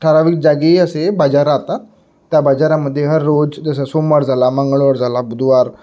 ठराविक जागी असे बाजार राहातो त्या बाजारामध्ये हर रोज जसं सोमवार झाला मंगळवार झाला बुधवार